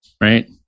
right